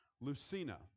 Lucina